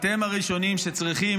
אתם הראשונים שצריכים,